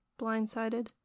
blindsided